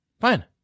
fine